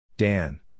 Dan